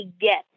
get